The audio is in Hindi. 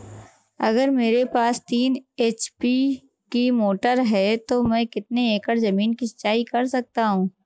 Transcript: अगर मेरे पास तीन एच.पी की मोटर है तो मैं कितने एकड़ ज़मीन की सिंचाई कर सकता हूँ?